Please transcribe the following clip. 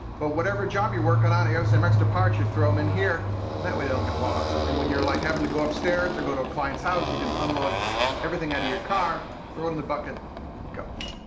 but whatever job you're working on, you got some extra parts, you throw them in here and that way, they don't get lost. and when you're like having to go upstairs or go to a client's house, you can unload everything out of your car, throw it in the bucket and go.